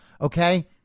Okay